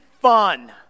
fun